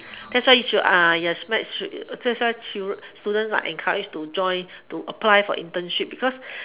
that's why you should your should should that's why students are encouraged to join to apply for internship because